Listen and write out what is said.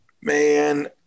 man